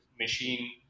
machine